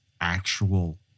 actual